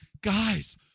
guys